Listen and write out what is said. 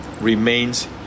remains